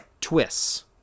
twists